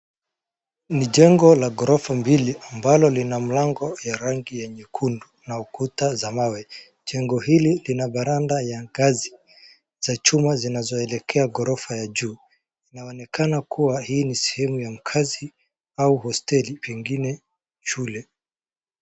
Ni jengo la gorofa mbili ambalo lina mlango ya rangi ya nyekundu na ukuta za mawe. Jengo hili lina Veranda ya ngazi ya chuma zinazoelekea gorofa ya juu. Inaonekana kywa hii ni sehemu ya kazi au hosteli pengine shule.